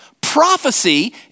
prophecy